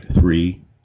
Three